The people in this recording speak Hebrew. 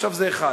עכשיו זה אחד,